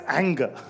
anger